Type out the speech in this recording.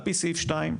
על פי סעיף 2,